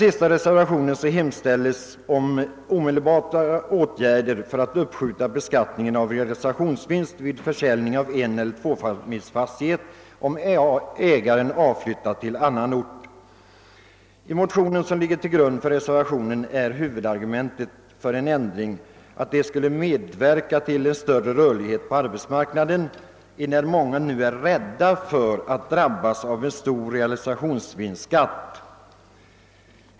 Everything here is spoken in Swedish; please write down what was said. I reservationen 3 hemställs om omedelbara åtgärder för att uppskjuta beskattningen av realisationsvinst vid försäljning av eneller tvåfamiljsfastighet då ägaren avflyttar till annan ort. I det motionspar som ligger till grund för reservationen är huvudargumentet för en ändring att en sådan skulle medverka till större rörlighet på arbetsmarknaden, enär många nu är rädda för att drabbas av en stor realisationsvinstskatt.